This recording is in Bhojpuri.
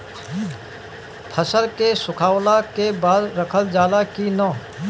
फसल के सुखावला के बाद रखल जाला कि न?